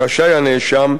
רשאי הנאשם,